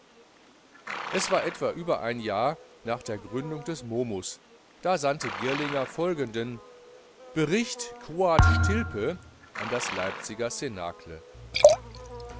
es war etwa über ein jahr nach der gründung des momus da sandte girlinger folgenden bericht quoad stilpe an das leipziger